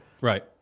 Right